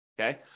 Okay